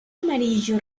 amarillo